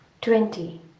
twenty